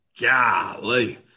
Golly